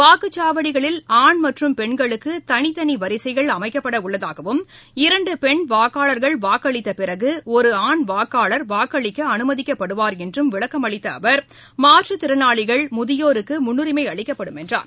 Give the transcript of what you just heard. வாக்குச்சாவடிகளில் ஆண் மற்றும் பெண்களுக்குதளித்தளிவரிசைகள் அமைக்கப்படஉள்ளதாகவும் இரண்டுபெண் வாக்காளர்கள் வாக்களித்தபிறகுஒருஆண் வாக்னளர் வாக்களிக்கஅனுமதிக்கப்படுவார் என்றும் விளக்கம் அளித்தஅவர் மாற்றுத் திறளாளிகள் முதியோருக்குமுன்னுரிமைஅளிக்கப்படும் என்றார்